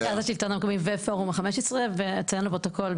מרכז השלטון המקומי ופורום ה-15 ואציין לפרוטוקול,